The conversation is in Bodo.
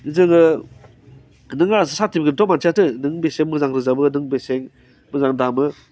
जोङो नों आंहासो नों बेसे मोजां रोजाबो नों बेसे मोजां दामो